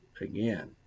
again